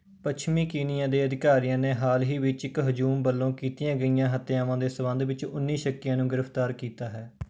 ਪੱਛਮੀ ਕੀਨੀਆ ਦੇ ਅਧਿਕਾਰੀਆਂ ਨੇ ਹਾਲ ਹੀ ਵਿੱਚ ਇੱਕ ਹਜੂਮ ਵੱਲੋਂ ਕੀਤੀਆਂ ਗਈਆਂ ਹੱਤਿਆਵਾਂ ਦੇ ਸੰਬੰਧ ਵਿੱਚ ਉੱਨੀ਼ ਸ਼ੱਕੀਆਂ ਨੂੰ ਗ੍ਰਿਫਤਾਰ ਕੀਤਾ ਹੈ